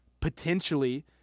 potentially